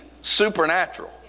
supernatural